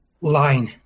line